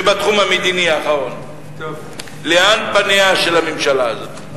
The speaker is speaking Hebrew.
ובתחום המדיני, האחרון: לאן פניה של הממשלה הזאת?